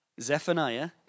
Zephaniah